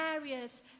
areas